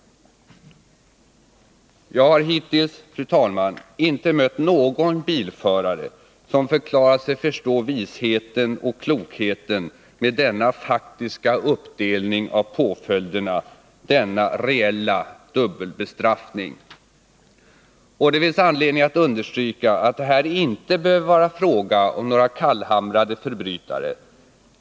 Jag har hittills, fru talman, inte mött någon bilförare som förklarat sig förstå visheten och klokheten med denna faktiska uppdelning av påföljderna, denna reella dubbelbestraffning. Och det finns anledning att understryka att det här inte behöver vara fråga om några kallhamrade förbrytare.